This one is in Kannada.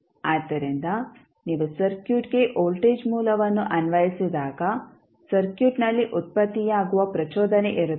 ಆದ್ದರಿಂದ ನೀವು ಸರ್ಕ್ಯೂಟ್ಗೆ ವೋಲ್ಟೇಜ್ ಮೂಲವನ್ನು ಅನ್ವಯಿಸಿದಾಗ ಸರ್ಕ್ಯೂಟ್ನಲ್ಲಿ ಉತ್ಪತ್ತಿಯಾಗುವ ಪ್ರಚೋದನೆ ಇರುತ್ತದೆ